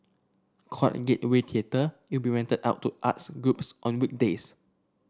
called in Gateway Theatre it will be rented out to arts groups on weekdays